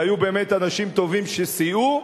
והיו באמת אנשים טובים שסייעו,